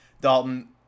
Dalton